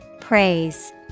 Praise